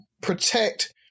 protect